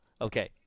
Okay